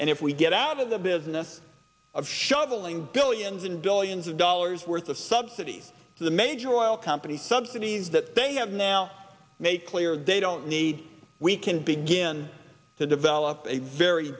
and if we get out of the business of shoveling billions and billions of dollars worth of subsidies to the major oil company subsidies that they have now made clear they don't need we can begin to develop a very